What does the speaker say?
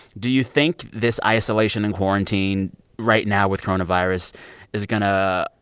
do you think this isolation and quarantine right now with coronavirus is going to,